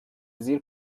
زیر